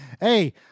Hey